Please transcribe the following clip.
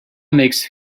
makes